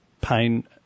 pain